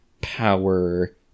power